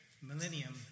millennium